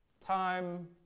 Time